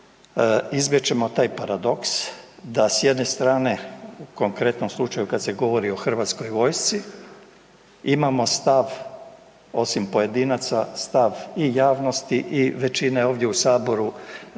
izbjeći ćemo taj paradoks da s jedne strane u konkretnom slučaju kada se govori o Hrvatskoj vojsci imamo stav osim pojedinaca, stav i javnosti i većine ovdje u Saboru